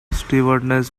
stewardess